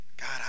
God